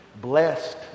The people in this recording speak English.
blessed